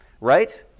right